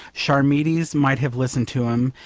charmides might have listened to him,